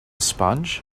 sponge